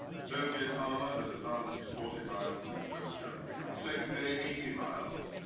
soviet armor had advanced forty miles into west germany. on the second day, eighty miles.